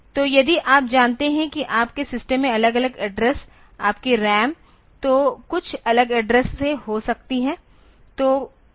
तो यदि आप जानते हैं कि आपके सिस्टम में अलग अलग एड्रेस आपकी रैम तो कुछ अलग एड्रेस से हो सकती है